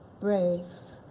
brave.